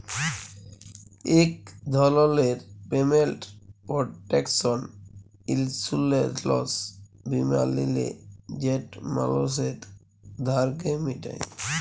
ইক ধরলের payment protection insurance বীমা লিলে যেট মালুসের ধারকে মিটায়